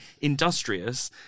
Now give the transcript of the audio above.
industrious